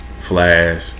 Flash